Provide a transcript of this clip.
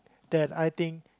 that I think